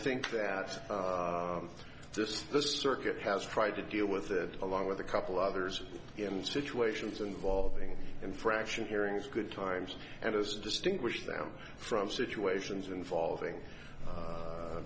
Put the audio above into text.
think that this the circuit has tried to deal with it along with a couple others in situations involving infraction hearings good times and as to distinguish them from situations involving